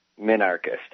minarchist